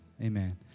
Amen